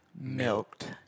milked